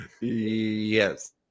Yes